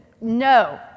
no